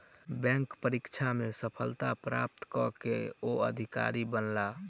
bank परीक्षा में सफलता प्राप्त कय के ओ अधिकारी बनला